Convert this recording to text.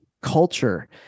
culture